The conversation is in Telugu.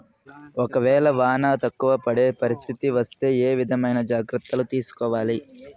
ఒక వేళ వాన తక్కువ పడే పరిస్థితి వస్తే ఏ విధమైన జాగ్రత్తలు తీసుకోవాలి?